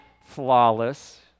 flawless